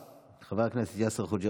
פתחתי טלוויזיה וראיתי את שרפת הכפר